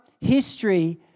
history